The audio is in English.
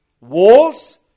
walls